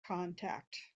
contact